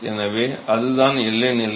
எனவே அதுதான் எல்லை நிலை